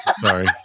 Sorry